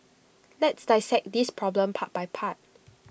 let's dissect this problem part by part